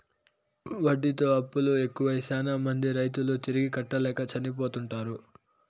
వడ్డీతో అప్పులు ఎక్కువై శ్యానా మంది రైతులు తిరిగి కట్టలేక చనిపోతుంటారు